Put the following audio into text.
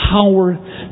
power